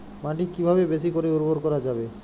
মাটি কিভাবে বেশী করে উর্বর করা যাবে?